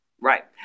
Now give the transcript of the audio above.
Right